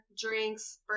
drinks